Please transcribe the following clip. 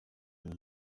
nta